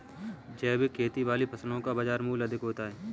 जैविक खेती वाली फसलों का बाजार मूल्य अधिक होता है